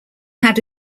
had